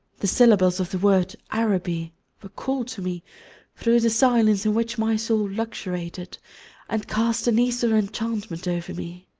the syllables of the word araby were called to me through the silence in which my soul luxuriated and cast an eastern enchantment over me.